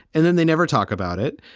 and then they never talk about it.